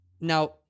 Now